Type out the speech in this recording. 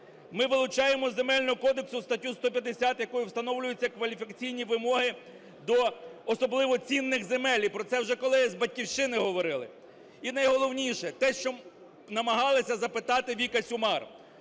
Ми вилучаємо з Земельного кодексу статтю 150, якою встановлюються кваліфікаційні вимоги до особливо цінних земель, і про це вже колеги з "Батьківщини" говорили. І найголовніше. Те, що намагалася запитати Віка Сюмар.